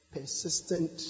persistent